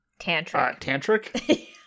tantric